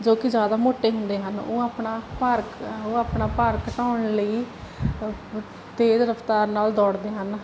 ਜੋ ਕਿ ਜ਼ਿਆਦਾ ਮੋਟੇ ਹੁੰਦੇ ਹਨ ਉਹ ਆਪਣਾ ਭਾਰ ਉਹ ਆਪਣਾ ਭਾਰ ਘਟਾਉਣ ਲਈ ਤੇਜ਼ ਰਫਤਾਰ ਨਾਲ ਦੌੜਦੇ ਹਨ